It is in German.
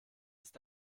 ist